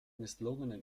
misslungenen